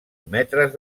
metres